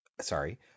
sorry